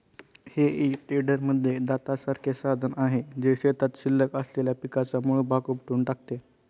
हेई टेडरमध्ये दातासारखे साधन आहे, जे शेतात शिल्लक असलेल्या पिकाचा मूळ भाग उपटून टाकते